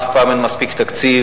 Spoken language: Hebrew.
אף פעם אין מספיק תקציב,